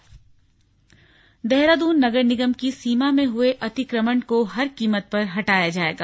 अतिक्रमण देहरादून नगर निगम की सीमा में हुए अतिक्रमण को हर कीमत पर हटाया जाएगा